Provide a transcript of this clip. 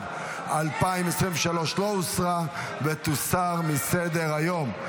התשפ"ג 2023, לא אושרה ותוסר מסדר-היום.